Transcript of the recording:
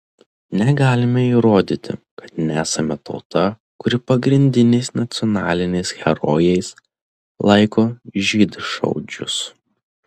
negalime įrodyti kad nesame tauta kuri pagrindiniais nacionaliniais herojais laiko žydšaudžius